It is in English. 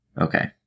Okay